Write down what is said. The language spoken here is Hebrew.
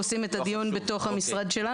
זה לא חשוב, אוקיי.